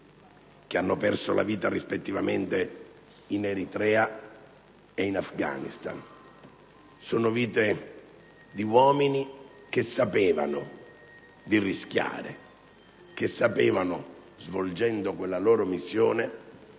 che hanno perso la vita, rispettivamente, in Eritrea e in Afghanistan. Sono vite di uomini che sapevano di rischiare, che sapevano, svolgendo quella loro missione,